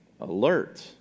alert